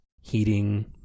heating